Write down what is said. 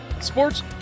sports